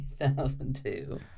2002